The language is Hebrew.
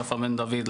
יפה בן דויד,